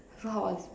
so how was it